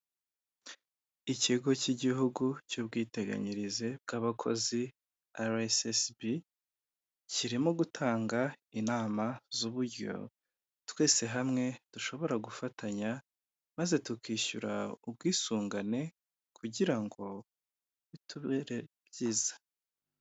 Ikigo cy'igihugu cy'ubwiteganyirize bw'abakozi arasesibi, kirimo gutanga inama z'uburyo twese hamwe dushobora gufatanya maze tukishyura ubwisungane kugira ngo bitubere byiza.